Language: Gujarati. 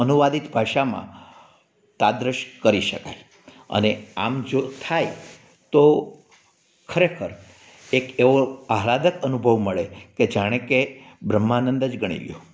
અનુવાદિત ભાષામાં તાદૃશ કરી શકાય અને આમ જો થાય તો ખરેખર એક એવો આહલાદક અનુભવ મળે કે જાણે કે બ્રહ્માનંદ જ ગણી લ્યો